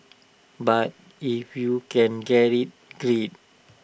but if you can get IT great